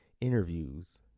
interviews